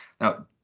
Now